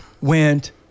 went